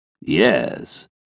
Yes